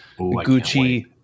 Gucci